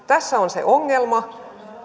tässä on se ongelma